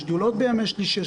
יש שדולות בימי שלישי.